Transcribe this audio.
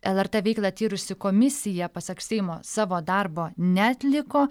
lrt veiklą tyrusi komisija pasak seimo savo darbo neatliko